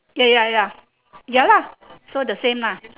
ya ya ya ya lah so the same ah